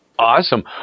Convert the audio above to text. Awesome